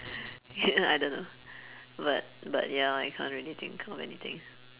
I don't know but but ya I can't really think of anything